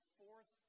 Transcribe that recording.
fourth